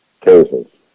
cases